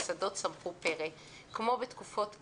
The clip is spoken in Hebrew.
ושדות צמחו פרא כמו בתקופות קדם,